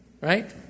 Right